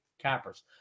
cappers